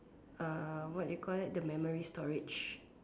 what you call that the memory storage